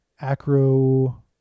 acro